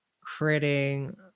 creating